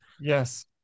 Yes